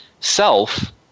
self